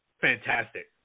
fantastic